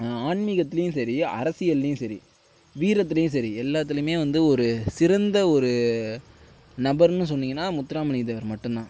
ஆன்மீகத்துலேயும் சரி அரசியல்லேயும் சரி வீரத்துலேயும் சரி எல்லாத்துலேயுமே வந்து ஒரு சிறந்த ஒரு நபருன்னு சொன்னீங்கன்னா முத்துராமலிங்க தேவர் மட்டும்தான்